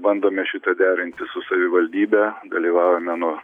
bandome šitą derinti su savivaldybe dalyvavome nuo